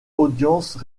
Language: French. audiences